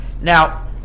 Now